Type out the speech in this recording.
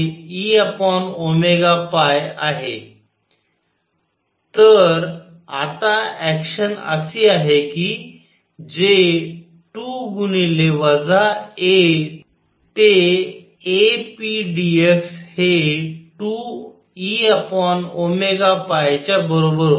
तर आता ऍक्शन अशी आहे कि जे 2 गुणिले वजा A ते A p dx हे 2Eच्या बरोबर होते